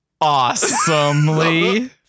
awesomely